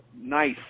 nice